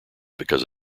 because